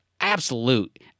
absolute